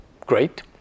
great